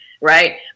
Right